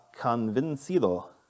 convencido